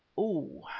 oh!